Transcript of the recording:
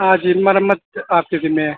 ہاں جی مرمت آپ کے ذمے میں